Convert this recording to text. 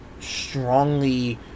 strongly